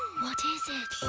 what is it?